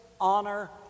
honor